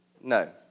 No